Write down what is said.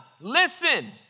Listen